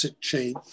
chain